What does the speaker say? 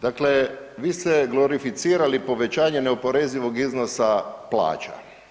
Dakle, vi ste glorificirali povećanje neoporezivog iznosa plaća.